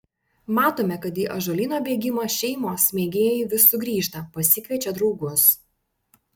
matome kad į ąžuolyno bėgimą šeimos mėgėjai vis sugrįžta pasikviečia draugus